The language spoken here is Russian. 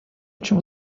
очень